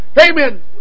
amen